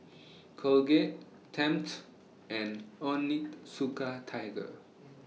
Colgate Tempt and Onitsuka Tiger